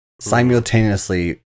Simultaneously